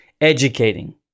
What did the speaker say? educating